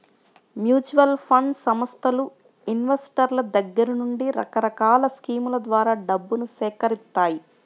mutual fund సంస్థలు ఇన్వెస్టర్ల దగ్గర నుండి రకరకాల స్కీముల ద్వారా డబ్బును సేకరిత్తాయి